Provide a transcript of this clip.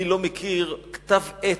אני לא מכיר כתב-עת,